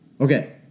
Okay